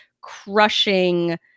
crushing